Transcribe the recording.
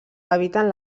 habiten